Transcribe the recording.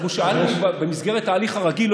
שאלתי במסגרת ההליך הרגיל.